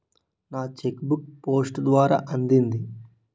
నా cheque book post ద్వారా అందింది